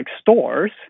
stores